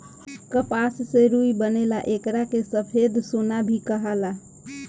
कपास से रुई बनेला एकरा के सफ़ेद सोना भी कहाला